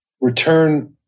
return